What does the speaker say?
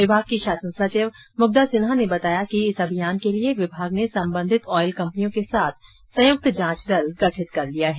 विभाग की शासन सचिव मुग्धा सिन्हा ने बताया कि इस अभियान के लिए विभाग ने संबंधित ऑयल कंपनियों के साथ संयुक्त जांच दल गठित कर लिया है